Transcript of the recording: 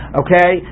okay